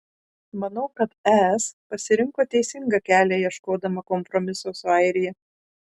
manau kad es pasirinko teisingą kelią ieškodama kompromiso su airija